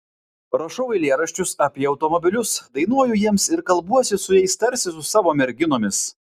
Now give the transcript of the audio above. rašau eilėraščius apie automobilius dainuoju jiems ir kalbuosi su jais tarsi su savo merginomis